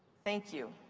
thank you.